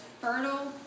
fertile